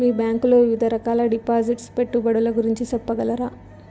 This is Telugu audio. మీ బ్యాంకు లో వివిధ రకాల డిపాసిట్స్, పెట్టుబడుల గురించి సెప్పగలరా?